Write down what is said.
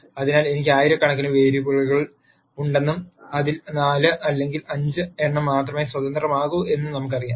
അതിനാൽ എനിക്ക് ആയിരക്കണക്കിന് വേരിയബിളുകൾ ഉണ്ടെന്നും അതിൽ 4 അല്ലെങ്കിൽ 5 എണ്ണം മാത്രമേ സ്വതന്ത്രമാകൂ എന്നും നമുക്ക് പറയാം